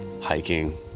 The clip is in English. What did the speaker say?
hiking